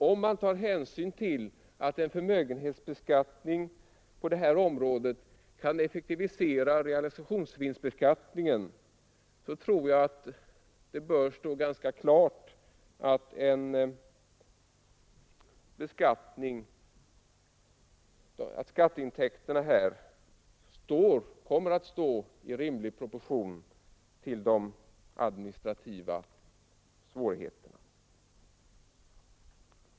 Om man tar hänsyn till att en förmögenhetsbeskattning på det här området kan effektivisera realisationsvinstbeskattningen tror jag att det bör stå klart att dessa skatteintäkter kommer att stå i rimlig proportion till de administrativa svårigheterna.